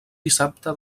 dissabte